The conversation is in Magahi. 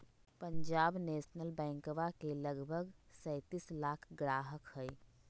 पंजाब नेशनल बैंकवा के लगभग सैंतीस लाख ग्राहक हई